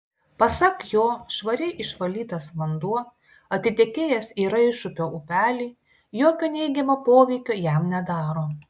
pasak jo švariai išvalytas vanduo atitekėjęs į raišupio upelį jokio neigiamo poveikio jam nedaro